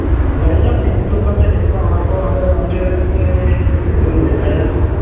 ᱞᱟᱹᱭᱟᱭᱟᱢ ᱪᱮᱫ ᱧᱩᱛᱩᱢ ᱠᱟᱱ ᱛᱟᱭᱟ ᱪᱮᱫ ᱵᱟᱝ ᱚᱱᱟ ᱠᱚ ᱚᱸᱰᱮ ᱮᱱᱴᱨᱤ ᱞᱟᱹᱜᱤᱫᱛᱮ ᱚᱯᱤᱥ ᱨᱮᱵᱤᱱ ᱫᱮᱠᱷᱟᱭᱟ